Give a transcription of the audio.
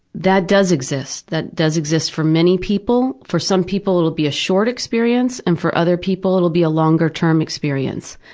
that does exist, that does exist for many people. for some people it will be a short experience and for other people it will be a longer term experience,